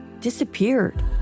disappeared